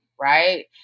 right